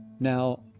Now